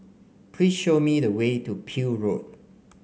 please show me the way to Peel Road